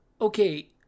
okay